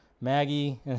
Maggie